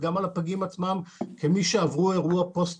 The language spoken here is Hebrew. אנחנו מדברים על הורים לפגים וגם על הפגים עצמם כמי שעברו אירוע פוסט